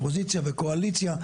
אופוזיציה וקואליציה,